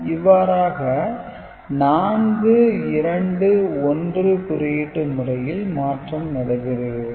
இவ்வாறாக 4 2 1 குறியீட்டு முறையில் மாற்றம் நடைபெறுகிறது